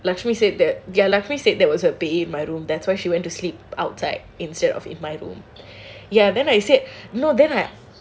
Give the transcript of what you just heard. lakshimi said that ya lakshimi said there was a paint in my room that's why she went to sleep outside instead of in my room ya then I said